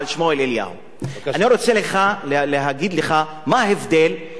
אני רוצה להגיד לך מה ההבדל בין יהודים שיכולים